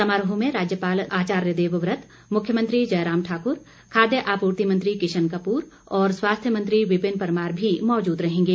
समारोह में राज्यपाल देवव्रत मुख्यमंत्री जयराम ठाकुर खाद्य आपूर्ति मंत्री किशन कपूर और स्वास्थ्य मंत्री विपिन परमार भी मौजूद रहेंगे